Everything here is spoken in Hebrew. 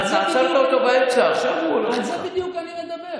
על זה בדיוק אני מדבר.